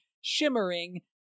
shimmering